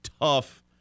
tough